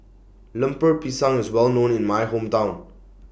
Lemper Pisang IS Well known in My Hometown